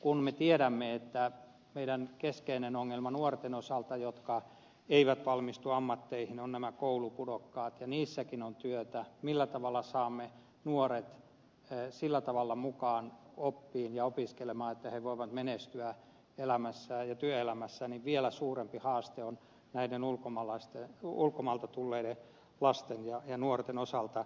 kun me tiedämme että meidän keskeinen ongelmamme nuorten osalta jotka eivät valmistu ammatteihin ovat nämä koulupudokkaat ja niissäkin on työtä millä tavalla saamme nuoret sillä tavalla mukaan oppiin ja opiskelemaan että he voivat menestyä elämässään ja työelämässä niin vielä suurempi haaste on näiden ulkomailta tulleiden lasten ja nuorten osalta